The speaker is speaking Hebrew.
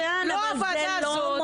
האיזוק האלקטרוני - צו השעה להצלת חיי נשים״.